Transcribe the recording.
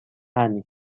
annie